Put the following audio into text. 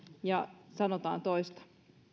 ja sanotaan toista